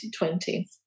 2020